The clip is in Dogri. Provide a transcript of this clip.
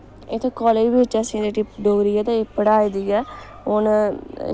इत्थैं कालेज बी असें जेह्ड़ी डोगरी ऐ ते एह् पढ़ाई दी ऐ हून